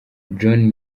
john